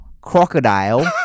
Crocodile